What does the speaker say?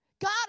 God